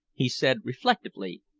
he said reflectively,